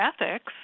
ethics